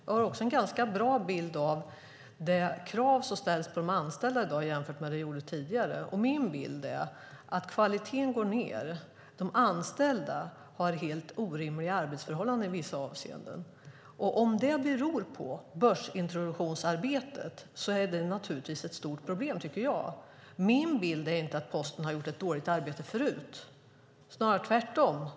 Jag har också en ganska bra bild av de krav som ställs på de anställda i dag jämfört med hur det var tidigare. Min bild är att kvaliteten går ned. De anställda har helt orimliga arbetsförhållanden i vissa avseenden. Om det beror på börsintroduktionsarbetet är det naturligtvis ett stort problem. Min bild är inte att Posten har gjort ett dåligt arbete förut, snarare tvärtom.